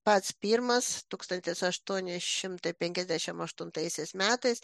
pats pirmas tūkstantis aštuoni šimtai penkiasdešimt aštuntaisiais metais